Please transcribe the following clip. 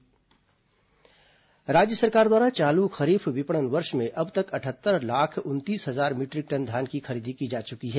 धान खरीदी राज्य सरकार द्वारा चालू खरीफ विपणन वर्ष में अब तक अटहत्तर लाख उनतीस हजार मीट्रिक टन धान की खरीदी की जा चुकी है